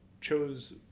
chose